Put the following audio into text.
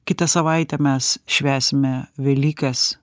kitą savaitę mes švęsime velykas